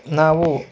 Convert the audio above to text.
ನಾವು